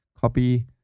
copy